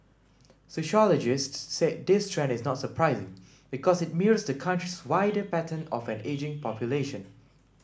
sociologists said this trend is not surprising because it mirrors the country's wider pattern of an ageing population